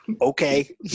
okay